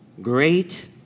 great